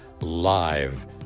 live